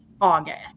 August